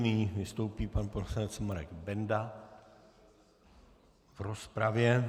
Nyní vystoupí pan poslanec Marek Benda v rozpravě.